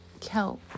kelp